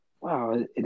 wow